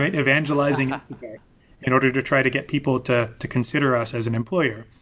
evangelizing in order to try to get people to to consider us as an employer.